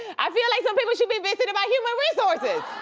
i feel like some people should be visited by human resources!